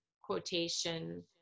quotation